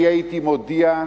אני הייתי מודיע: